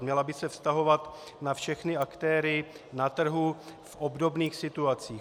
Měla by se vztahovat na všechny aktéry na trhu v obdobných situacích.